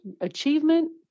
achievement